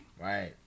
right